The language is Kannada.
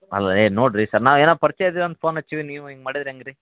ಅಲ್ಲ ನೋಡಿರಿ ಸರ್ ನಾವು ಏನೋ ಪರ್ಚಯ ಇದ್ದಿವಿ ಅಂತ ಫೋನ್ ಹಚ್ಚೀವಿ ನೀವು ಹಿಂಗೆ ಮಾಡಿದ್ರೆ ಹೆಂಗೆ ರೀ